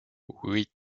huit